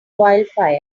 wildfire